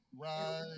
Right